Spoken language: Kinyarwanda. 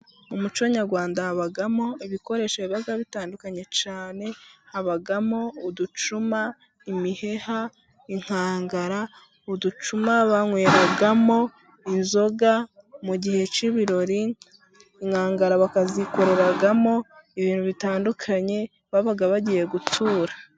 Muco nyarwanda habamo ibikoresho biba bitandukanye cyane, habamo uducuma, imiheha, inkangara, uducuma banyweramo inzoga mu gihe cy'ibirori, inkangara bakazikoreramo ibintu bitandukanye baba bagiye gutura.